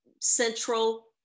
central